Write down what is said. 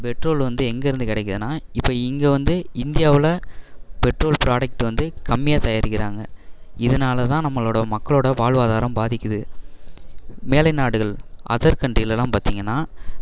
petrol வந்து எங்கேயிருந்து கிடைக்கிதுனா இப்போ இங்கே வந்து இந்தியாவில் பெட்ரோல் ப்ரோடக்ட் வந்து கம்மியாக தயாரிக்கிறாங்க இதனால் தான் நம்மளோட மக்களோட வாழ்வாதாரம் பாதிக்குது மேலை நாடுகள் அதர் கண்ட்ரிலெலாம் பார்த்தீங்கன்னா